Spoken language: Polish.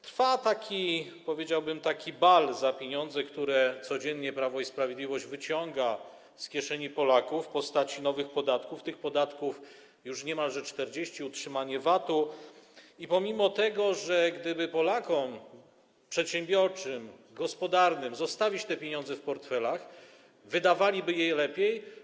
Trwa taki bal za pieniądze, które codziennie Prawo i Sprawiedliwość wyciąga z kieszeni Polaków w postaci nowych podatków - tych podatków jest już niemalże 40 - utrzymania stawek VAT-u, pomimo że gdyby Polakom, przedsiębiorczym, gospodarnym, zostawić te pieniądze w portfelach, wydawaliby je lepiej.